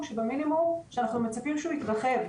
שבמינימום שאנחנו מצפים שהוא יתרחב.